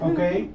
Okay